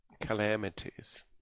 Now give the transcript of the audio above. calamities